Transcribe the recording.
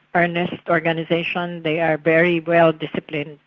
earnest organisation, they are very well disciplined,